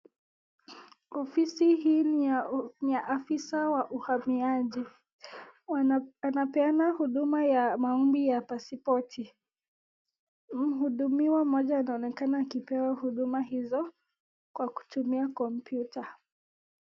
Ofisi hii ni ya afisa wa uhamiaji anapeana huduma ya maombi ya pasipoti. Mhudumiwa mmoja anaonekana akipewa huduma hizo kwa kutumia kompyuta.